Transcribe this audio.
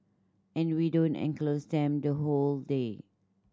and we don't enclose them the whole day